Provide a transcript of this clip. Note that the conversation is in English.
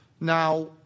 Now